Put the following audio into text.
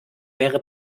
wäre